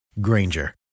Granger